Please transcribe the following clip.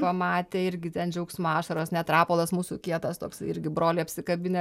pamatė irgi ten džiaugsmo ašaros net rapolas mūsų kietas toks irgi brolį apsikabinę